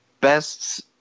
best